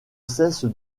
cesse